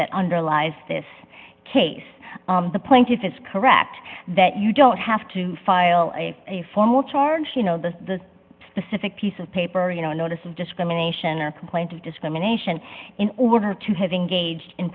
that underlies this case the plaintiff is correct that you don't have to file a formal charge you know the specific piece of paper you know a notice of discrimination or complaint of discrimination in order to have engaged in